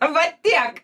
va tiek